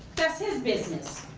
that's his business.